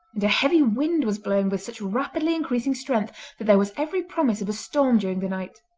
and a heavy wind was blowing with such rapidly-increasing strength that there was every promise of a storm during the night.